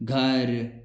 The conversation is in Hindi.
घर